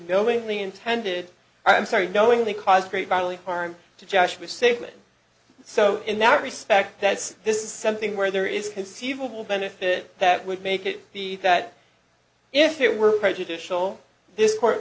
knowingly intended i'm sorry knowingly caused great bodily harm to joshua sigman so in that respect that's this is something where there is conceivable benefit that would make it be that if it were prejudicial this court